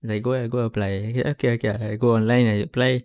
like go ah go and apply okay okay okay I go online I apply